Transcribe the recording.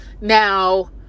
Now